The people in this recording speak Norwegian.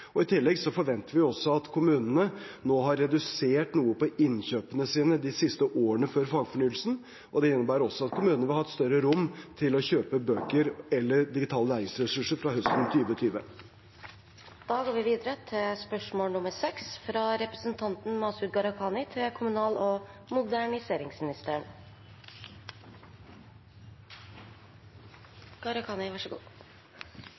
I tillegg forventer vi også at kommunene nå har redusert noe på innkjøpene sine de siste årene før fagfornyelsen, og det innebærer også at kommunene vil ha et større rom til å kjøpe bøker eller digitale læringsressurser fra høsten 2020. «Hallingdal er Norges viktigste turistregion med enormt utviklingspotensial – en distriktsregion som er avhengig av aktiv statlig politikk for å bevare og